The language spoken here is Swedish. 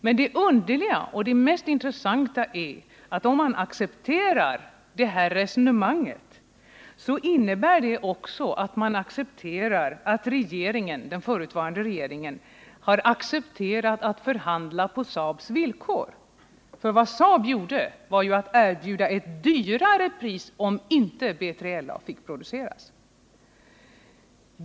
Men det underliga och mest intressanta är att om man accepterar detta resonemang innebär det också att man accepterar att den förutvarande regeringen godtagit att förhandla på Saabs villkor. Vad Saab gjorde var ju att erbjuda ett dyrare pris om inte B3LA fick produceras.